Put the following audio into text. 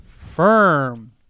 firm –